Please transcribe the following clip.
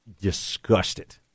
disgusted